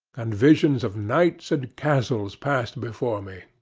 and visions of knights and castles passed before me.